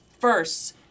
first